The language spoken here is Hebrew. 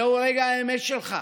זהו רגע האמת שלך,